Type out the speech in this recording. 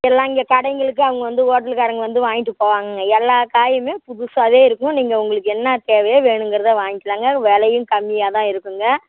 எல்லாம் இங்கே கடைங்களுக்கும் அவங்க வந்து ஹோட்டல்காரங்கள் வந்து வாங்கிகிட்டு போவாங்கங்க எல்லா காயுமே புதுசாகவே இருக்கும் நீங்கள் உங்களுக்கு என்ன தேவையோ வேணுங்கிறதை வாங்கிக்கலாங்க விலையும் கம்மியாகதான் இருக்குங்க